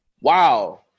Wow